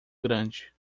grande